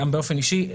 גם באופן אישי,